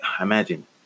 Imagine